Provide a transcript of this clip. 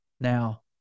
now